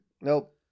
Nope